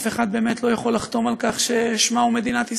אף אחד באמת לא יכול לחתום על כך ששמה הוא מדינת ישראל.